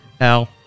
Al